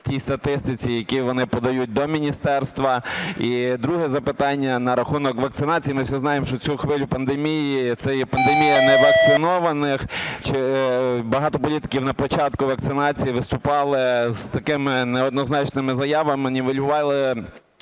тій статистиці, яку вони подають до міністерства? І друге запитання на рахунок вакцинації. Ми всі знаємо, що цю хвилю пандемії... це є пандемія невакцинованих. Багато політиків на початку вакцинації виступали з такими неоднозначними заявами, нівелювали